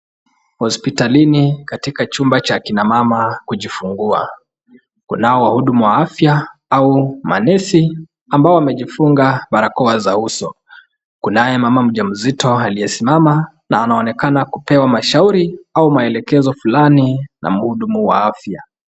Hospitalini katika chumba cha kina mama kujifungua, kunao wahuduma wa afya au manesi ambao wamejifunga barakoa za uso. Kunaye mama mjamzito aliyesimama na anaonekana kupewa mashauri au maelekezo fulani na mhudumu wa afya.